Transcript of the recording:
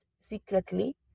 secretly